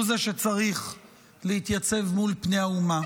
הוא זה שצריך להתייצב מול פני האומה.